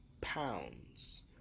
pounds